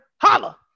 holla